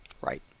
Right